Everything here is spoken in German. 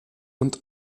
und